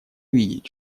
видеть